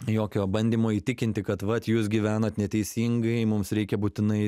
jokio bandymo įtikinti kad vat jūs gyvenat neteisingai mums reikia būtinai